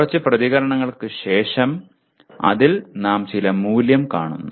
കുറച്ച് പ്രതികരണങ്ങൾക്ക് ശേഷം അതിൽ നാം ചില മൂല്യം കാണുന്നു